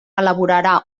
elaborarà